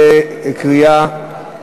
לקריאה שלישית.